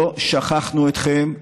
לא שכחנו אתכם,